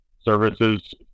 services